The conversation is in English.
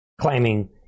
Claiming